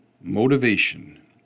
Motivation